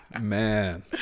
Man